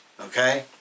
okay